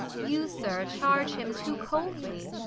you, sir, charge him too coldly.